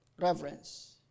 reverence